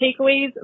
takeaways